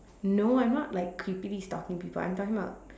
no I'm not like creepily stalking people I'm talking about